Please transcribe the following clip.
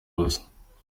ubusa